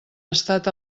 estat